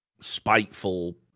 spiteful